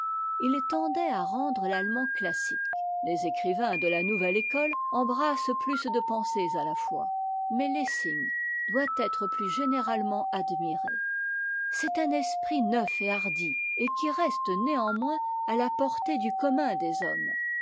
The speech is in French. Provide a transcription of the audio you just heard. il tendait à rendre l'allemand classique les écrivains de la nouvelle école embrassent plus de pensées à la fois mais lessing doit être plus généralement admiré c'est un esprit neuf et hardi et qui reste néanmoins à la portée du commun des hommes